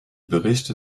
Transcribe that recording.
berichte